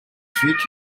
treat